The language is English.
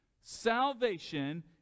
Salvation